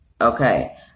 okay